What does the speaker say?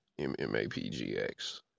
MMAPGX